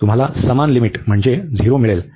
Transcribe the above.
तुम्हाला समान लिमिट म्हणजे झिरो मिळेल